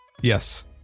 Yes